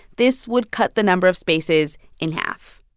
this would cut the number of spaces in half.